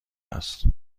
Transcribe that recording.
است